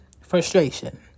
frustration